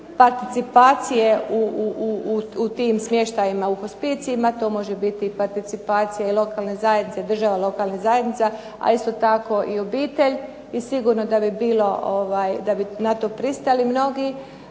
participacije u tim smještajima u hospicijima. To može biti i participacija i lokalne zajednice, države i lokalnih zajednica, a isto tako i obitelj. I sigurno da bi bilo da bi na to pristali mnogi.